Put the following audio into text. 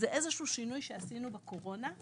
זה איזשהו שינוי שעשינו בקורונה,